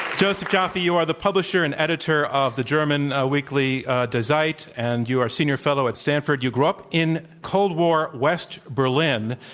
josef joffe, you are the publisher and editor of the german ah weekly die zeit and you are a senior fellow at stanford. you grew up in cold war west berlin,